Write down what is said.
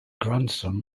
grandson